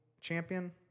champion